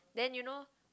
then you know